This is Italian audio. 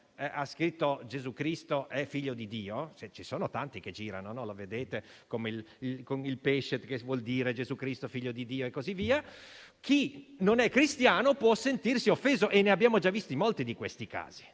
ha scritto "Gesù Cristo è figlio di Dio" - ci sono tanti che girano con il simbolo del pesce che vuol dire proprio "Gesù Cristo figlio di Dio" e così via - chi non è cristiano può sentirsi offeso e ne abbiamo già visti molti di questi casi.